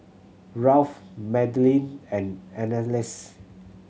Ralph Madelyn and Anneliese